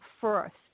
first